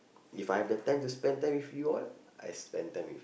If I have the time to spend time with you all I spend time with